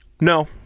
No